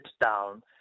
down